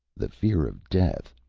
the fear of death,